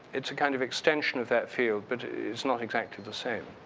it's a kind of extension of that field but it's not exactly the same.